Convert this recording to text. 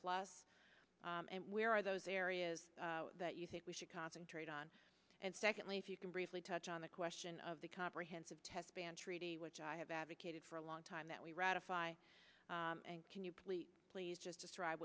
start where are those areas that you think we should concentrate on and secondly if you can briefly touch on the question of the comprehensive test ban treaty which i have advocated for a long time that we ratify and can you please please just describe